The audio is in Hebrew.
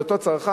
את אותו צרכן,